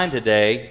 today